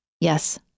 Yes